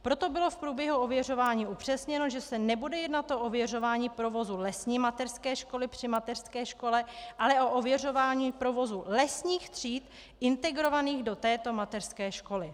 Proto bylo v průběhu ověřování upřesněno, že se nebude jednat o ověřování provozu lesní mateřské školy při mateřské škole, ale o ověřování provozu lesních tříd integrovaných do této mateřské školy.